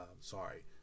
sorry